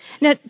Now